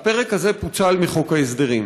הפרק הזה פוצל מחוק ההסדרים.